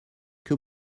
que